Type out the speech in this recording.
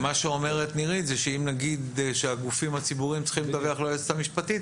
נירית אומרת שאם נגיד שהגופים הציבוריים צריכים לדווח ליועצת המשפטית,